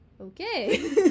Okay